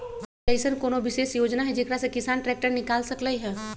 कि अईसन कोनो विशेष योजना हई जेकरा से किसान ट्रैक्टर निकाल सकलई ह?